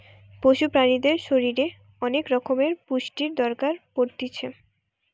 পশু প্রাণীদের শরীরের অনেক রকমের পুষ্টির দরকার পড়তিছে